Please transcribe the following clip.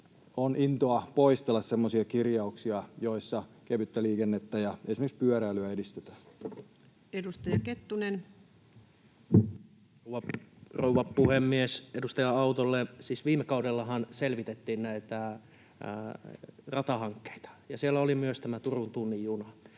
on intoa poistella semmoisia kirjauksia, joissa kevyttä liikennettä, esimerkiksi pyöräilyä, edistetään. Edustaja Kettunen. Rouva puhemies! Edustaja Autolle: Siis viime kaudellahan selvitettiin näitä ratahankkeita, ja siellä oli myös tämä Turun tunnin juna.